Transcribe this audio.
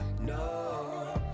No